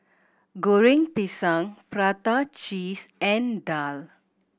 Goreng Pisang prata cheese and daal